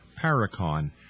paracon